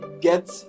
get